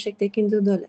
šiek tiek individuali